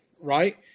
right